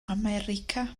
america